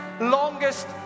longest